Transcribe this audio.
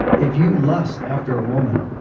if you lust after a woman,